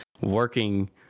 working